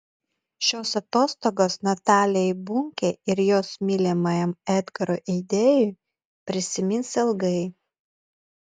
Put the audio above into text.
šios atostogos natalijai bunkei ir jos mylimajam edgarui eidėjui prisimins ilgai